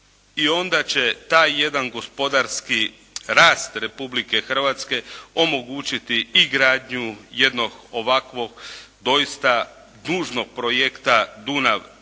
I onda će taj jedan gospodarski rast Republike Hrvatske omogućiti i gradnju jednog ovakvog doista tužnog projekta Dunav-Sava.